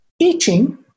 teaching